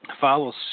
follows